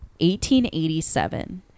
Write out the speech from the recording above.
1887